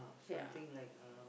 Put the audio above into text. ah something like uh